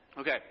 Okay